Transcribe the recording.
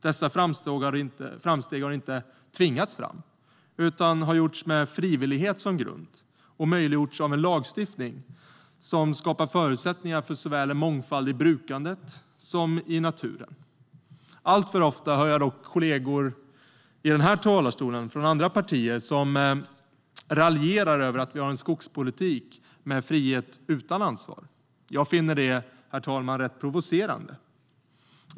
Dessa framsteg har inte tvingats fram utan gjorts med frivillighet som grund och möjliggjorts av en lagstiftning som skapar förutsättningar för en mångfald såväl i brukandet som i naturen. Alltför ofta hör jag dock kollegor från andra partier raljera i den här talarstolen över att vi har en skogspolitik med frihet utan ansvar. Jag finner det provocerande.